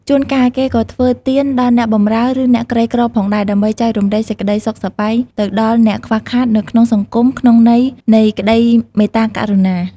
ជួនកាល គេក៏ធ្វើទានដល់អ្នកបម្រើ ឬអ្នកក្រីក្រផងដែរ ដើម្បីចែករំលែកសេចក្តីសុខសប្បាយទៅដល់អ្នកខ្វះខាតនៅក្នុងសង្គម ក្នុងន័យនៃក្តីមេត្តាករុណា។